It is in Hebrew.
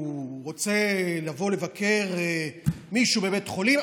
הוא רוצה לבוא לבקר מישהו בבית חולים,